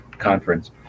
conference